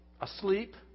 asleep